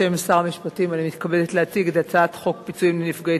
בשם שר המשפטים אני מתכבדת להציג את הצעת חוק פיצויים לנפגעי